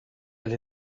elle